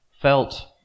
felt